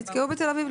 הם נתקעו בתל אביב.